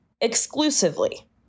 exclusively